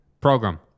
program